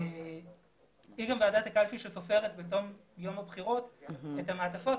היא גם ועדת הקלפי שסופרת בתום יום הבחירות את המעטפות,